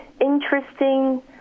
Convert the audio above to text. interesting